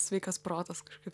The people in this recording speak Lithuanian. sveikas protas kažkaip